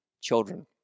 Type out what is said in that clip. children